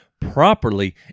properly